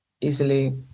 easily